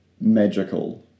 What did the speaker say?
magical